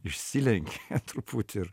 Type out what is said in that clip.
išsilenkė truputį ir